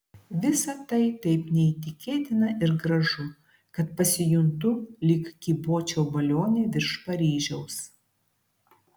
visa tai taip neįtikėtina ir gražu kad pasijuntu lyg kybočiau balione virš paryžiaus